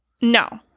No